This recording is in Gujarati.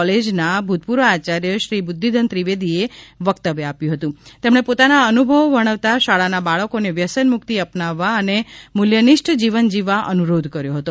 કોલેજના ભૂતપૂર્વ આચાર્ય શ્રી બુઘ્ઘિધન ત્રિવેદીએ વક્તવ્ય આપ્યું હતું તેમણે પોતાના અનુભવો વર્ણવતા શાળાના બાળકોને વ્યસન મુક્તિ અપનાવવા અને મૂલ્ય નિષ્ઠ જીવન જીવવા અનુરોધ કર્યો હતો